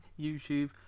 YouTube